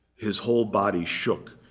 his whole body shook,